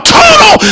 total